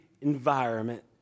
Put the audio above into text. environment